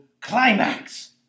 climax